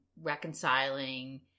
reconciling